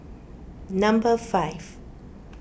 number five